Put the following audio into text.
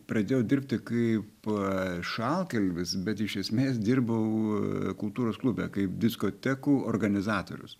pradėjau dirbti kaip šaltkalvis bet iš esmės dirbau kultūros klube kaip diskotekų organizatorius